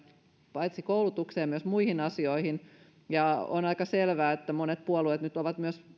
paitsi koulutukseen myös muihin asioihin on aika selvää että monet puolueet nyt ovat myös